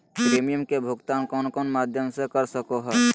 Premium के भुक्तान कौन कौन माध्यम से कर सको है?